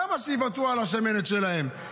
למה שיוותרו על השמנת שלהם?